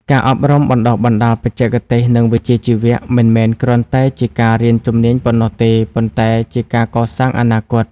ការអប់រំបណ្ដុះបណ្ដាលបច្ចេកទេស និងវិជ្ជាជីវៈ មិនមែនគ្រាន់តែជាការរៀនជំនាញប៉ុណ្ណោះទេ ប៉ុន្តែជាការកសាងអនាគត។